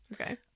Okay